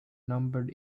numbered